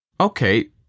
Okay